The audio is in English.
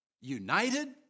united